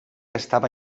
estaba